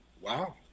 Wow